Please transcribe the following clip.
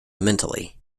mentally